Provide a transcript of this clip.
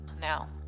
now